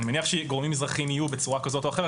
מניח שגורמים אזרחיים יהיו בצורה כזאת או אחרת,